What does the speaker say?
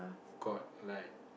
got like